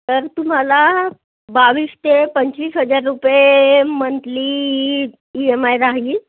तर तुम्हाला बावीस ते पंचवीस हजार रुपये monthly E E M I राहील